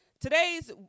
today's